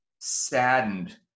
saddened